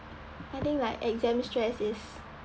I think like exam stress is